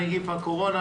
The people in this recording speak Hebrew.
נגיף הקורונה,